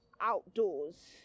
outdoors